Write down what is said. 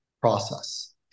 process